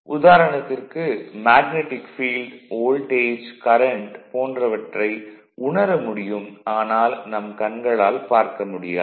உதாரணத்திற்கு magnetic field voltage current போன்றவற்றை உணர முடியும் ஆனால் நம் கண்களால் பார்க்க முடியாது